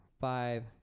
five